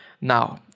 Now